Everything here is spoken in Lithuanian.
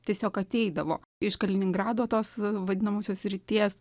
tiesiog ateidavo iš kaliningrado tos vadinamosios srities